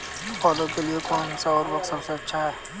पौधों के लिए कौन सा उर्वरक सबसे अच्छा है?